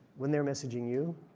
when they're messaging you?